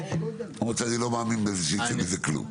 למרות שאני לא מאמין שייצא מזה כלום.